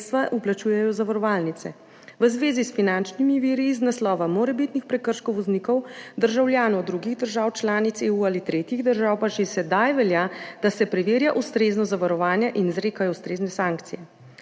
vplačujejo zavarovalnice. V zvezi s finančnimi viri iz naslova morebitnih prekrškov voznikov državljanov drugih držav članic EU ali tretjih držav pa že sedaj velja, da se preverja ustreznost zavarovanja in izrekajo ustrezne sankcije.